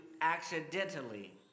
accidentally